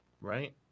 Right